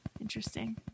Interesting